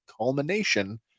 culmination